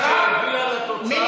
שהביאה לתוצאה הזאת,